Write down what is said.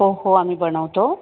हो हो आम्ही बनवतो